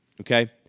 Okay